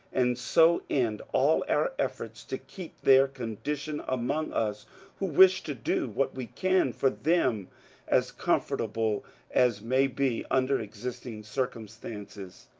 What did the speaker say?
and so end all our efforts to keep their condition among us who wish to do what we can for them as comfortable as may be under existing circumstances.